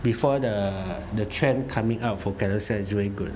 before the the trend coming out for Carousell it's very good